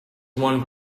one